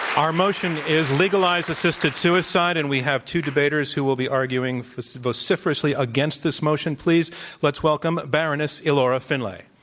our motion is legalize assisted suicide. and we have two debaters who will be arguing vociferously against this motion. please let's welcome bar oness ilora finlay.